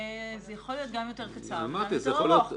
זה יכול להיות גם יותר קצר וגם יותר ארוך.